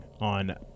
on